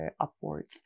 upwards